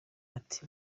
ati